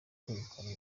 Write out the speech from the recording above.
kwegukana